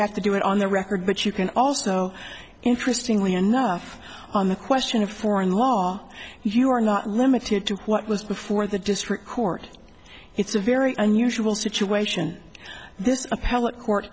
have to do it on the record but you can also interesting way enough on the question of foreign law you are not limited to what was before the district court it's a very unusual situation this appellate court